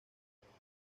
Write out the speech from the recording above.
sonora